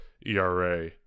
ERA